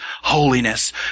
holiness